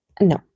No